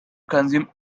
consume